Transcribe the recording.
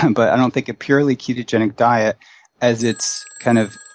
um but i don't think a purely ketogenic diet as it's kind of